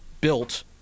built